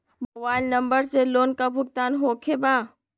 Mobile number से loan का भुगतान होखे बा?